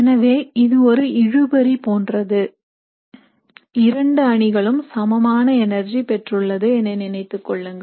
எனவே இது ஒரு இழுபறி போன்றது இரண்டு அணிகளும் சமமான எனர்ஜி பெற்றுள்ளது என நினைத்துக் கொள்ளுங்கள்